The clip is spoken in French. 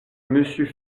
monsieur